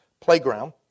playground